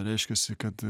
reiškiasi kad